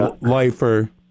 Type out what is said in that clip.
Lifer